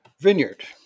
vineyard